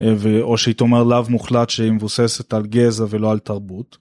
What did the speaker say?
או שהיא תאמר לאו מוחלט שהיא מבוססת על גזע ולא על תרבות.